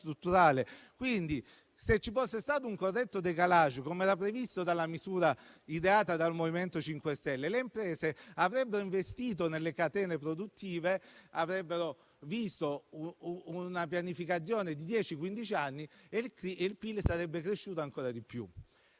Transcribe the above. Se vi fosse stato un cosiddetto *décalage*, così com'era previsto dalla misura ideata dal MoVimento 5 Stelle, le imprese avrebbero investito nelle catene produttive, avrebbero visto una pianificazione a dieci o quindici anni ed il PIL sarebbe cresciuto ancora di più.